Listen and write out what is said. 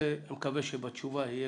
אקווה שבתשובתכם כבר יהיה